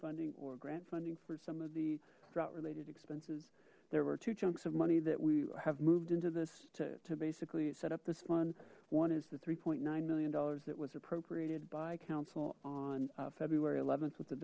funding or grant funding for some of the drought related expenses there were two chunks of money that we have moved into this to basically set up this fund one is the three point nine million dollars that was appropriated by council on february th with the